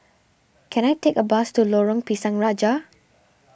can I take a bus to Lorong Pisang Raja